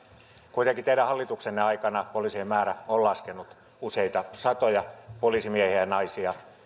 kuitenkin teidän hallituksenne aikana poliisien määrä on laskenut useita satoja poliisimiehiä ja naisia